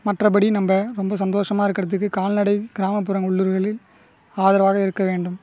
மற்றப்படி நம்ம ரொம்ப சந்தோஷமா இருக்கிறதுக்கு கால்நடை கிராமப்புற உள்ளூர்களில் ஆதரவாக இருக்க வேண்டும்